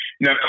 Now